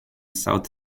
south